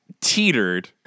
teetered